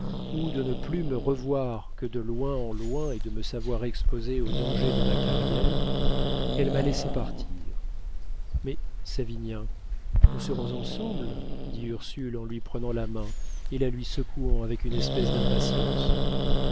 ou de ne plus me revoir que de loin en loin et de me savoir exposé aux dangers de ma carrière elle m'a laissé partir mais savinien nous serons ensemble dit ursule en lui prenant la main et la lui secouant avec une espèce d'impatience